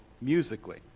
musically